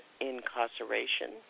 Incarceration